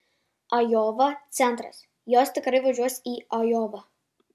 ajova centras jos tikrai važiuos į ajovą